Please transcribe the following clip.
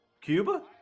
Cuba